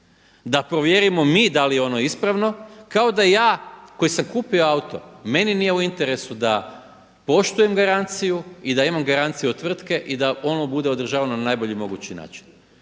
da provjerimo mi da li je ono ispravno kao da ja koji sam kupio auto meni nije u interesu da poštujem garanciju i da ima garanciju od tvrtke i da ono bude održavano na najbolji mogući način.